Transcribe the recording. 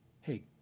hey